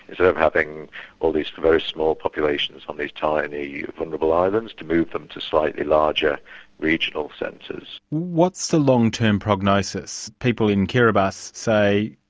instead of having all these very small populations on these tiny yeah vulnerable islands, to move them to slightly larger regional centres. what's the long-term prognosis? people in kiribati um ah so say,